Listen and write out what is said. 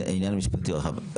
זה עניין משפטי רחב.